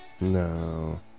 No